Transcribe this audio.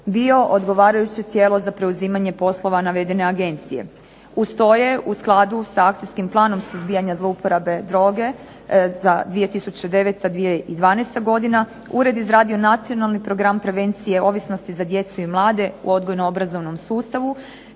bio odgovarajuće tijelo za preuzimanje poslova navedene agencije. Uz to je u skladu s akcijskim planom suzbijanja zlouporabe droge za 2009.-2012. godina ured izradio nacionalni program prevencije ovisnosti za djecu i mlade u odgojno-obrazovnom sustavu,